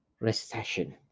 recession